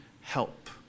help